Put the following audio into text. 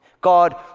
God